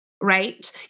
right